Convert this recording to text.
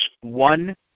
one